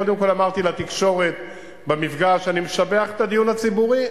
קודם כול אמרתי לתקשורת במפגש: אני משבח את הדיון הציבורי,